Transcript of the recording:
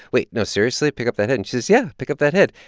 wait, no, seriously? pick up that head? and she says, yeah, pick up that head.